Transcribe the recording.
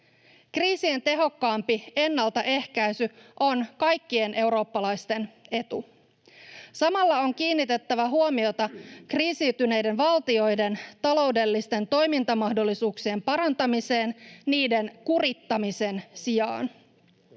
Kriisien tehokkaampi ennaltaehkäisy on kaikkien eurooppalaisten etu. Samalla on kiinnitettävä huomiota kriisiytyneiden valtioiden taloudellisten toimintamahdollisuuksien parantamiseen niiden kurittamisen sijaan.